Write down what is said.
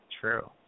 True